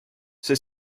see